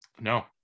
No